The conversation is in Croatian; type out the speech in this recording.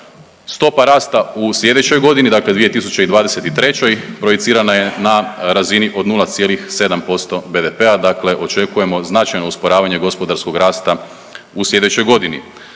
Stopa rasta u slijedećoj godini, dakle 2023. projicirana je na razini od 0,7% BDP-a, dakle očekujemo značajno usporavanje gospodarskog rasta u slijedećoj godini.